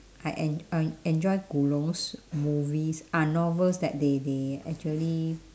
I en~ I enjoy 古龙's movies are novels that they they actually